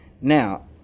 Now